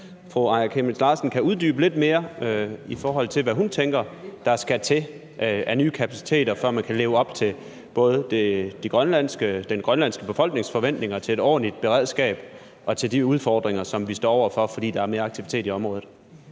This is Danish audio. fru Aaja Chemnitz Larsen kan uddybe lidt mere, hvad hun tænker der skal til af nye kapaciteter, før man både kan leve op til den grønlandske befolknings forventninger til et ordentligt beredskab og håndtere de udfordringer, som vi står over for, fordi der er mere aktivitet i området.